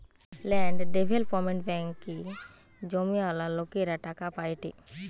land development ব্যাঙ্কে জমিওয়ালা লোকরা টাকা পায়েটে